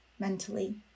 Mentally